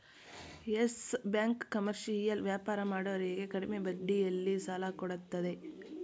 Yes Bank commercial ವ್ಯಾಪಾರ ಮಾಡೋರಿಗೆ ಕಡಿಮೆ ಬಡ್ಡಿಯಲ್ಲಿ ಸಾಲ ಕೊಡತ್ತದೆ